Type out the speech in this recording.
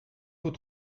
vous